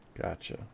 Gotcha